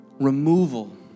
removal